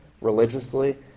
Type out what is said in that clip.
religiously